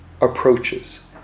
approaches